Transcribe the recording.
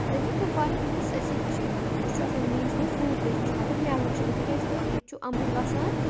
نہ کہ کپوارہ بلکہ سٲرسٕے کٔشیٖرِ منٛز سُہ چھُ آسان مین سُہ گوٚو فروٗٹ بِزنِس مطب تِکیٛازِ ییٚتہِ چھُ أمبٕرۍ وَسان